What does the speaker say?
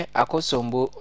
akosombo